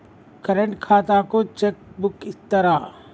Current ఖాతాకు cheque book ఇత్తరా?